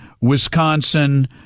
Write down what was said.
Wisconsin